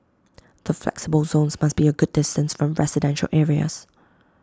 the 'flexible' zones must be A good distance from residential areas